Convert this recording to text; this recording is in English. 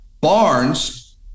Barnes